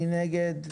מי נגד?